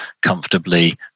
comfortably